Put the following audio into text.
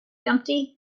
dumpty